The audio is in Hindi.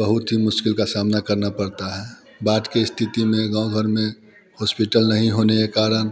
बहुत ही मुश्किल का सामना करना पड़ता है बाद की स्थिति में गाँव घर में हॉस्पिटल नहीं होने के कारण